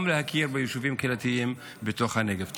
גם להכיר ביישובים קהילתיים בתוך הנגב.